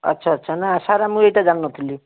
ଆଚ୍ଛା ଆଚ୍ଛା ନା ସାର୍ ମୁଁ ଏଇଟା ଜାଣିନଥିଲି